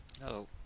Hello